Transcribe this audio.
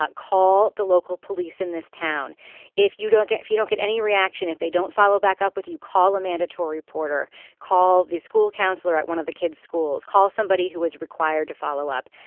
call the local police in this town if you don't get if you don't get any reaction if they don't follow back up with you call a mandatory reporter call the school counselor at one of the kids schools call somebody who is required to follow up.